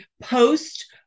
post